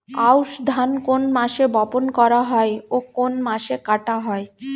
আউস ধান কোন মাসে বপন করা হয় ও কোন মাসে কাটা হয়?